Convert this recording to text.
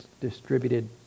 distributed